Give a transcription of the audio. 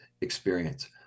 experience